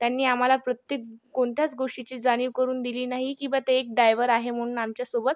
त्यांनी आम्हाला प्रत्येक कोणत्याच गोष्टीची जाणीव करून दिली नाही की बा ते एक डायव्हर आहे म्हणून आमच्यासोबत